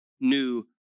new